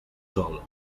sol